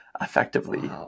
effectively